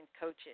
coaches